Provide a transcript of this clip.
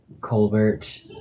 Colbert